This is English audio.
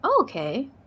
okay